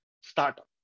startup